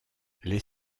les